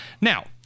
Now